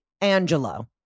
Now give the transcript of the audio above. Angelo